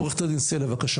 עו"ד סלע, בקשה.